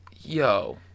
Yo